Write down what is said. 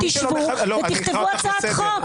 מי שלא מכבד -- תשבו ותכתבו הצעת חוק.